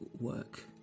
work